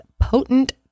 potent